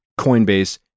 Coinbase